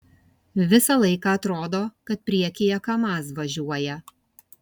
visą laiką atrodo kad priekyje kamaz važiuoja